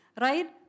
right